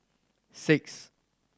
six